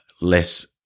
less